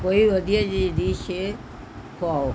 ਕੋਈ ਵਧੀਆ ਜਿਹੀ ਡਿਸ਼ ਖੁਆਓ